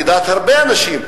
לדעת הרבה אנשים,